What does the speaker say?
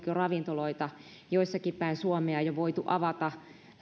ravintoloita jossakin päin suomea jo voitu avata